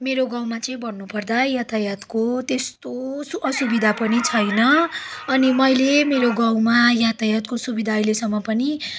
मेरो गाउँमा चाहिँ भन्नुपर्दा यातायातको त्यस्तो असुविधा पनि छैन अनि मैले मेरो गाउँमा यातायातको सुविधा अहिलेसम्म पनि